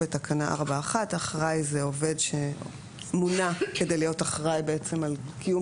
בתקנה 4(1). אחראי זה עובד שמונה להיות אחראי על קיום